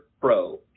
Pro